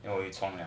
then 我就冲凉